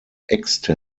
system